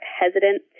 hesitant